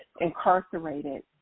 incarcerated